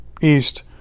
east